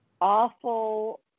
awful